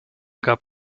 gab